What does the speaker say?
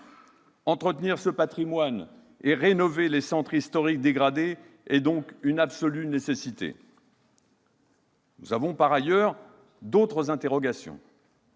Entretenir ce patrimoine et rénover les centres historiques dégradés est donc une absolue nécessité. Nous avons par ailleurs d'autres interrogations.